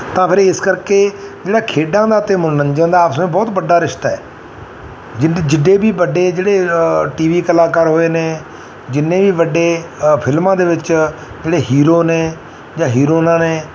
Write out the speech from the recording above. ਤਾਂ ਫਿਰ ਇਸ ਕਰਕੇ ਜਿਹੜਾ ਖੇਡਾਂ ਦਾ ਅਤੇ ਮਨੋਰੰਜਨ ਦਾ ਆਪਸ ਮੇਂ ਬਹੁਤ ਵੱਡਾ ਰਿਸ਼ਤਾ ਹੈ ਜਿੱਡ ਜਿੱਡੇ ਵੀ ਵੱਡੇ ਜਿਹੜੇ ਟੀ ਵੀ ਕਲਾਕਾਰ ਹੋਏ ਨੇ ਜਿੰਨੇ ਵੀ ਵੱਡੇ ਫਿਲਮਾਂ ਦੇ ਵਿੱਚ ਜਿਹੜੇ ਹੀਰੋ ਨੇ ਜਾਂ ਹੀਰੋਇਨਾਂ ਨੇ